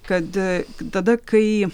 kad tada kai